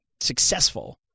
successful